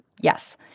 yes